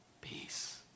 Peace